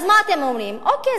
היו"ר